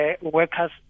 workers